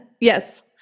Yes